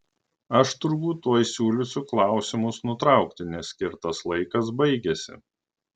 aš turbūt tuoj siūlysiu klausimus nutraukti nes skirtas laikas baigiasi